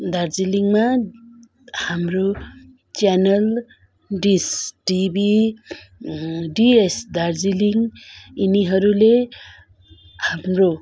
दार्जिलिङमा हाम्रो channel Dish TV DS Darjeeling यिनीहरूले हाम्रो